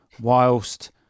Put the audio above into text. whilst